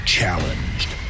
Challenged